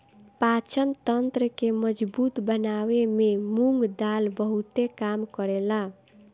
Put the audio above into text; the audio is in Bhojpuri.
पाचन तंत्र के मजबूत बनावे में मुंग दाल बहुते काम करेला